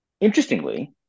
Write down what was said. Interestingly